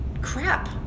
crap